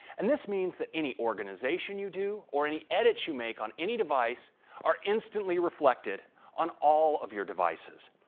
and this means that any organization you do, or any edits you make on any device are instantly reflected on all of your devices.